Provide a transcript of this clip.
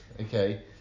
okay